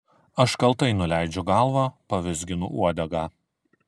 aš kaltai nuleidžiu galvą pavizginu uodegą